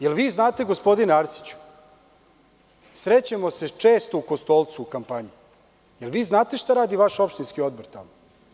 Jel vi znate, gospodine Arsiću, srećemo se često u Kostolcu u kampanji, jel vi znate šta radi vaš opštinski odbor tamo?